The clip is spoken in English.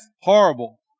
horrible